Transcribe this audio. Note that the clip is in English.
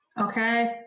Okay